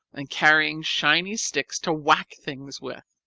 and carrying shiny sticks to whack things with.